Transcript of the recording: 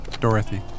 Dorothy